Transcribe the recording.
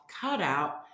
cutout